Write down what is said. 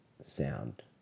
sound